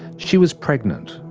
she was pregnant.